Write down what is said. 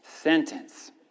sentence